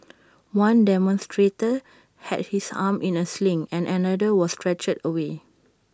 one demonstrator had his arm in A sling and another was stretchered away